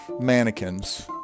mannequins